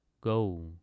Go